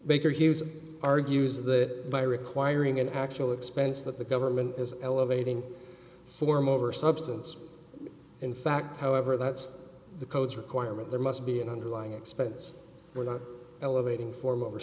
baker hughes argues that by requiring an actual expense that the government is elevating form over substance in fact however that's the codes requirement there must be an underlying expense we're not elevating form o